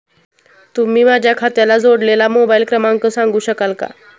तुम्ही माझ्या खात्याला जोडलेला मोबाइल क्रमांक सांगू शकाल का?